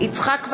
יצחק וקנין,